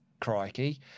Crikey